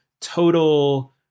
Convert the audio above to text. total